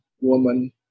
woman